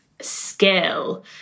skill